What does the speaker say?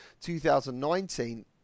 2019